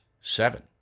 Seven